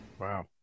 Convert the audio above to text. Wow